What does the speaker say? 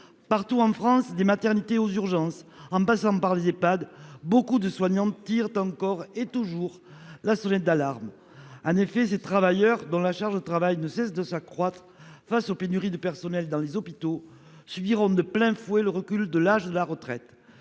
pour personnes âgées dépendantes (Ehpad), beaucoup de soignants tirent encore et toujours la sonnette d'alarme. En effet, ces travailleurs, dont la charge de travail ne cesse de s'accroître face aux pénuries de personnel dans les hôpitaux, subiront de plein fouet le recul de l'âge de la retraite.